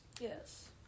Yes